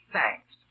Thanks